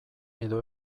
edo